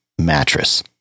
mattress